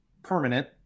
permanent